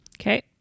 Okay